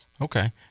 Okay